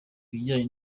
ibijyanye